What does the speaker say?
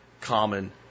common